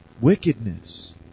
Wickedness